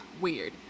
Weird